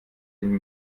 den